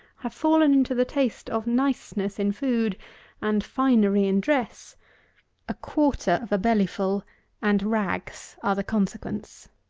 have fallen into the taste of niceness in food and finery in dress a quarter of a bellyful and rags are the consequence.